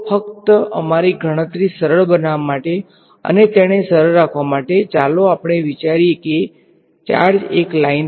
તો ફક્ત અમારી ગણતરી સરળ બનાવવા માટે અને તેને સરળ રાખવા માટે ચાલો આપણે વિચારીયે કે ચાર્જ એક લાઈન પર છે